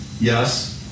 Yes